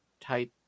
type